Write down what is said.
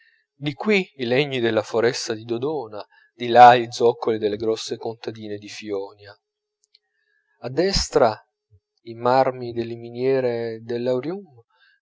di qui i legni della foresta di dodona di là gli zoccoli delle grosse contadine di fionia a destra i marmi delle miniere del